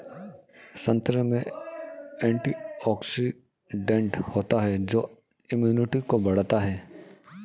संतरे में एंटीऑक्सीडेंट होता है जो इम्यूनिटी को बढ़ाता है